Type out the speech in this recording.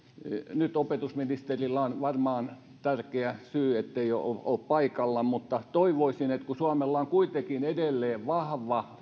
nyt opetusministerillä on varmaan tärkeä syy ettei ole paikalla mutta toivoisin että kun suomella on kuitenkin edelleen vahva